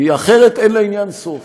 כי אחרת אין לעניין סוף,